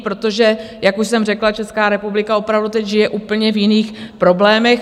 Protože, jak už jsem řekla, Česká republika opravdu teď žije v úplně jiných problémech.